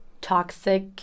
toxic